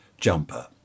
jumper